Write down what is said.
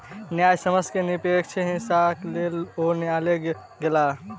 न्यायसम्य के निष्पक्ष हिस्साक लेल ओ न्यायलय गेला